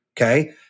Okay